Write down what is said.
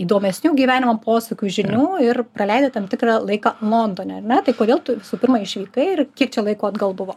įdomesnių gyvenimo posūkių žinių ir praleidai tam tikrą laiką londone ar ne tai kodėl tu visų pirma išvykai ir kiek čia laiko atgal buvo